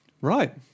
right